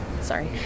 sorry